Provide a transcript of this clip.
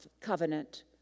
covenant